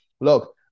look